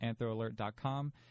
anthroalert.com